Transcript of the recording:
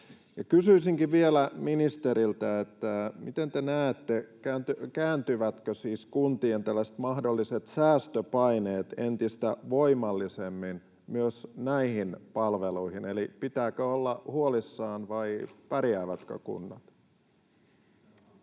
Kysyisinkin vielä ministeriltä, miten te näette: kääntyvätkö siis kuntien mahdolliset säästöpaineet entistä voimallisemmin myös näihin palveluihin, eli pitääkö olla huolissaan, vai pärjäävätkö kunnat?